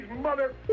mother